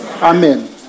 Amen